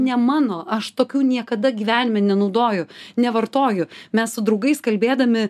ne mano aš tokių niekada gyvenime nenaudoju nevartoju mes su draugais kalbėdami